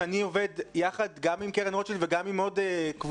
שאני עובד גם ביחד עם קרן רוטשילד וגם עם עוד קבוצה